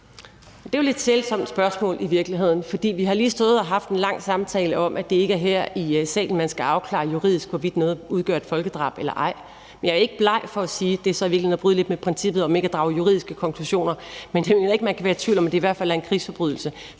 jo i virkeligheden et lidt sælsomt spørgsmål, for vi har jo lige stået og haft en lang samtale om, at det ikke er her i salen, at man skal afklare juridisk, hvorvidt noget udgør et folkedrab eller ej. Men jeg er ikke bleg for at sige – og det er så i virkeligheden at bryde lidt med princippet om ikke at drage juridiske konklusioner – at jeg ikke mener, man kan være i tvivl om, at det i hvert fald er en krigsforbrydelse.